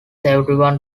everyone